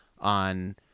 on